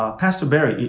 ah pastor barry,